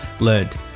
learned